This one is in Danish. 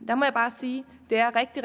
det er rigtig,